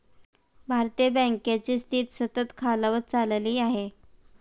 भारतीय बँकांची स्थिती सतत खालावत चालली आहे